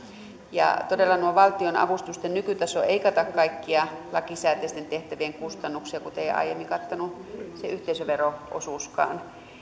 todella tuo valtionavustusten nykytaso ei kata kaikkia lakisääteisten tehtävien kustannuksia kuten ei aiemmin kattanut se yhteisövero osuuskaan